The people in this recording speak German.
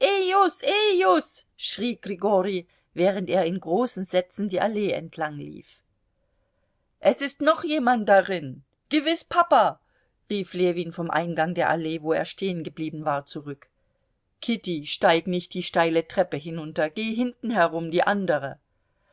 schrie grigori während er in großen sätzen die allee entlang lief es ist noch jemand darin gewiß papa rief ljewin vom eingang der allee wo er stehengeblieben war zurück kitty steig nicht die steile treppe hinunter geh hintenherum die andere